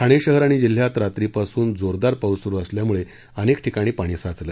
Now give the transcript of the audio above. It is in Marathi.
ठाणे शहर आणि जिल्ह्यात रात्रीपासून जोरदार पाऊस सुरु असल्यामुळे अनेक ठिकाणी पाणी साचलं